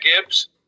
Gibbs